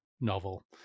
novel